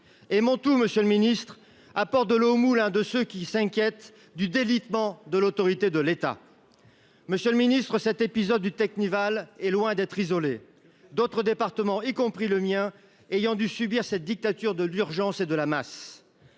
et mon tout, Monsieur le Ministre, apporte de l'eau au moulin de ceux qui s'inquiètent du délitement de l'autorité de l'État. Monsieur le Ministre, cet épisode du Teknival est loin d'être isolé. D'autres départements, y compris le mien ayant dû subir cette dictature de l'urgence et de la masse.